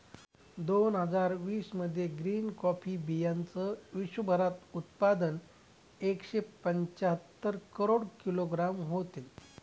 दोन हजार वीस मध्ये ग्रीन कॉफी बीयांचं विश्वभरात उत्पादन एकशे पंच्याहत्तर करोड किलोग्रॅम होतं